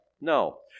No